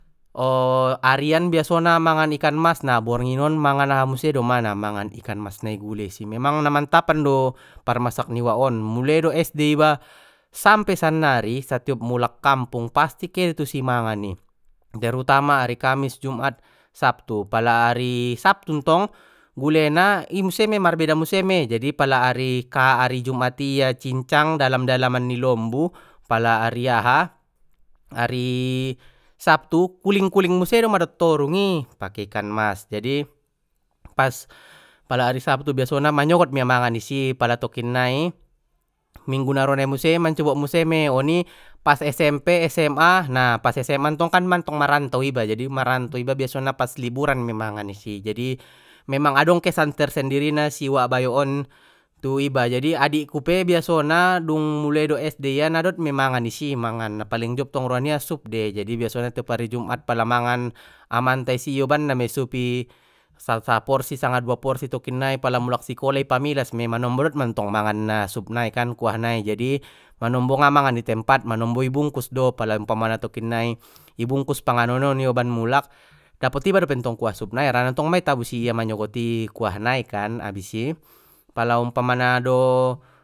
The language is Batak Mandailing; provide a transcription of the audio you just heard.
O arian biasona mangan ikan mas na borngin on mangan aha muse domana mangan ikan mas na i gule i si memang na mantap an do parmasak ni uwak on muloi do es de iba sampe sannari satiop mulak kampung pasti ke de tu si mangan i terutama ari kamis jumat sabtu pala ari sabtu ntong gulena i muse mai marbeda muse mei jadi pala ari ka ari jumat ia cincang dalam dalaman ni lombu pala ari aha ari sabtu kuling kuling muse doma dot torung i pake ikan mas jadi pas pala ari sabtu biasana manyogot mia mangan i si pala tokinnai minggu na ro nai muse mancubo muse mei pas es em pe es em a nah pas es em a ntong kan mantong maranto iba jadi maranto iba pas liburan mei mangan i si jadi memang adong kesan tersendirina si uwak bayok on tu iba jadi adikku pe biasona dung muloi do es de ia na dot mei mangan i si mangan na paling jop ntong roa nia sup dei jadi biasona tiop ari jumat pala mangan amanta i si ioban na mei sup i sa sa saporsi sanga dua porsi tokinnai pala mulak sikola i pamilas mei manombo dot mantong manganna sup nai kan kuah nai jadi manombo nga mangan i tempat manombo i bungkus do pal umpamana tokinnai ibungkus panganon on ioban mulak dapot iba dope ntong kuah sup nai harana ntong ma i tabusi ia manyogot i kuah nai kan abis i pala umpamana do.